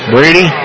Brady